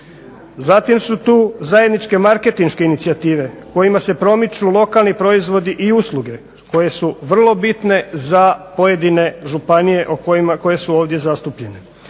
Zatim su tu zajedničke marketinške inicijative kojima se promiču lokalni proizvodi i usluge koje su vrlo bitne za pojedine županije koje su ovdje zastupljene.